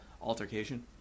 altercation